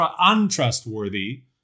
untrustworthy